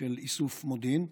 של איסוף מודיעין,